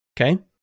okay